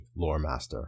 Loremaster